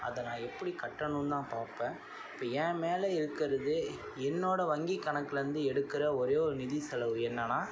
அதை நான் எப்படி கட்டணும்னு தான் பார்ப்பேன் இப்போ என் மேல் இருக்கிறது என்னோடய வங்கி கணக்குலேருந்து எடுக்கிற ஒரே ஒரு நிதி செலவு என்னன்னா